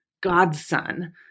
godson